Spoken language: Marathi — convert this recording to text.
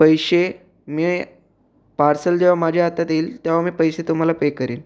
पैशे मी पार्सल जेव्हा माझ्या हातात येईल तव्हा मी पैसे तुम्हाला पे करील